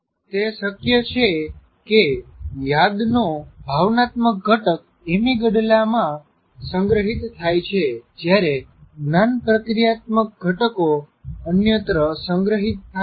તે શક્ય છે કે યાદનો ભાવનાત્મક ઘટક એમિગડલામાં સંગ્રહિત થાય છે જ્યારે જ્ઞાન પ્રક્રિયાત્મક ઘટકો અન્યત્ર સંગ્રહિત થાય છે